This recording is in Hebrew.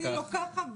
עשינו לו ככה,